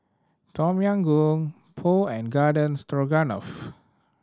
Tom Yam Goong Pho and Garden Stroganoff